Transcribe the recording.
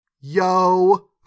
yo